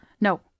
No